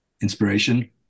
inspiration